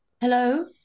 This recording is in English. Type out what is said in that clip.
Hello